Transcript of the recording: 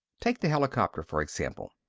take the helicopter, for example.